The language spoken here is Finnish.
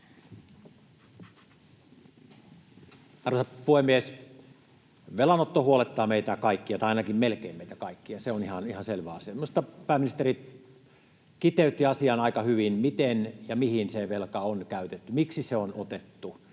Arvoisa puhemies! Velanotto huolettaa meitä kaikkia tai ainakin meitä melkein kaikkia, se on ihan selvä asia. Minusta pääministeri kiteytti asian aika hyvin, miten ja mihin se velka on käytetty, miksi se on otettu,